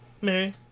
Mary